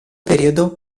periodo